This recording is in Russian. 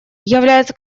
является